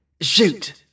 Shoot